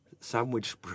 Sandwich